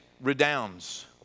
redounds